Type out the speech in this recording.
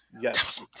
Yes